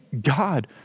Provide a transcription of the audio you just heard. God